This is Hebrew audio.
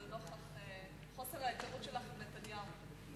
לנוכח חוסר ההיכרות שלך עם נתניהו.